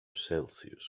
celsius